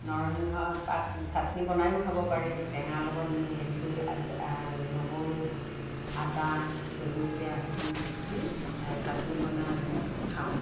নৰসিংহৰ পাত চাটনি বনায়ো খাব পাৰি টেঙা লগত হেৰি কৰি নহৰু আদা জলকীয়া সেইবোৰ পিচি চাটনি বনাই আমি খাওঁ